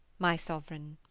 my sovereign.